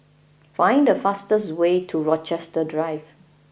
find the fastest way to Rochester Drive